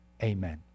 Amen